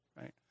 right